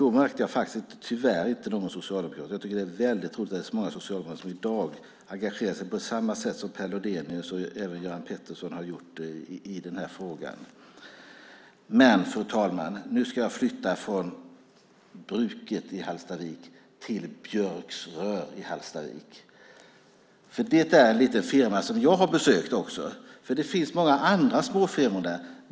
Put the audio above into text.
Då märkte jag tyvärr inte något från Socialdemokraterna, så jag tycker att det är väldigt roligt att så många socialdemokrater engagerar sig på samma sätt som Per Lodenius och Göran Pettersson har gjort i den här frågan. Fru talman! Nu ska jag flytta från bruket i Hallstavik till Björks Rostfria i Hallstavik. Det är en liten firma som jag har besökt. Det finns många andra små firmor där.